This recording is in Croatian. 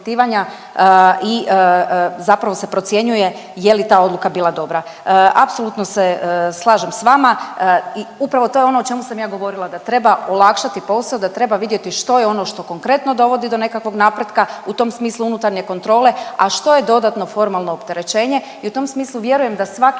i zapravo se procjenjuje je li ta odluka bila dobra. Apsolutno se slažem s vama i upravo to je ono o čemu sam ja govorila, da treba olakšati posao, da treba vidjeti što je ono što konkretno dovodi do nekakvog napretka u tom smislu unutarnje kontrole, a što je dodatno formalno opterećenje i u tom smislu vjerujem da svaki